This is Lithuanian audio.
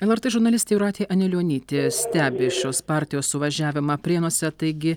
lrt žurnalistė jūratė anilionytė stebi šios partijos suvažiavimą prienuose taigi